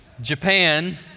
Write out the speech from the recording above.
Japan